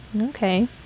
Okay